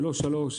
ולא שלוש,